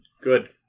Good